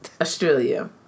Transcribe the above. Australia